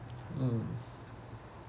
mm